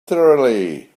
thoroughly